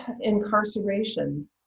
incarceration